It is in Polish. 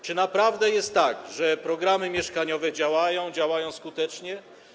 Czy naprawdę jest tak, że programy mieszkaniowe działają skutecznie?